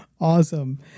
Awesome